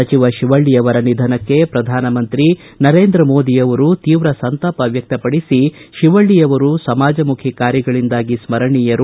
ಸಚಿವ ತಿವಳ್ಳ ಅವರ ನಿಧನಕ್ಕೆ ಪ್ರಧಾನಮಂತ್ರಿ ನರೇಂದ್ರ ಮೋದಿ ಅವರು ತೀವ್ರ ಸಂತಾಪ ವ್ಯಕ್ತಪಡಿಸಿ ತಿವಳ್ಳಿ ಅವರು ಸಮಾಜಮುಖಿ ಕಾರ್ಯಗಳಿಂದಾಗಿ ಸ್ವರಣೀಯರು